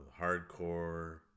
hardcore